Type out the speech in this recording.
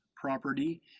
property